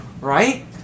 right